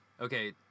Okay